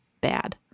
bad